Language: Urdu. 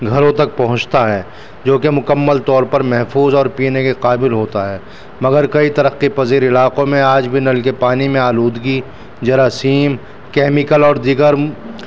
گھروں تک پہنچتا ہے جو کہ مکمل طور پر محفوظ اور پینے کے قابل ہوتا ہے مگر کئی ترقی پذیر علاقوں میں آج بھی نل کے پانی میں آلودگی جراثیم کیمیکل اور دیگر